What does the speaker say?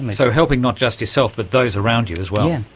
so helping not just yourself but those around you as well. and